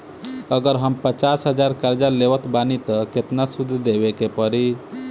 अगर हम पचास हज़ार कर्जा लेवत बानी त केतना सूद देवे के पड़ी?